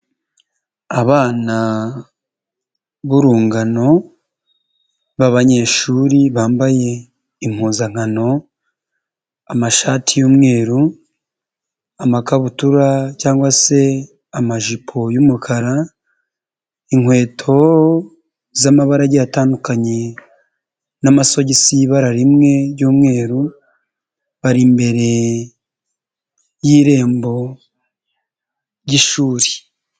Abana b'urungano b'abanyeshuri bambaye impuzankano amashati y'umweru, amakabutura cyangwa se amajipo y'umukara, inkweto z'amabara agiye atandukanye n'amasogisi y'ibara rimwe ry'umweru bari imbere y'irembo ry'ishuri.